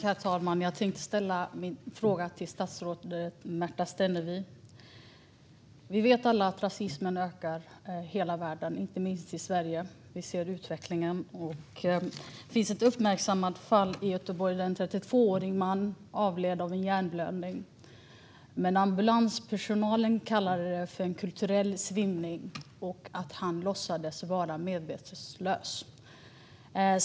Herr talman! Jag tänkte ställa min fråga till statsrådet Märta Stenevi. Vi vet alla att rasismen ökar i hela världen, inte minst i Sverige. Vi ser utvecklingen. Det finns ett uppmärksammat fall i Göteborg där en 32-årig man avled av en hjärnblödning, men ambulanspersonalen kallade det för en kulturell svimning och menade att mannen låtsades vara medvetslös.